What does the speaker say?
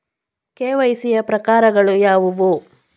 KYC ಯ ಪ್ರಕಾರಗಳು ಯಾವುವು?